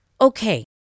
Okay